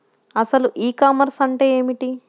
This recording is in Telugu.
అసలు ఈ కామర్స్ అంటే ఏమిటి?